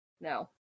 No